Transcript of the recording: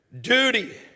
duty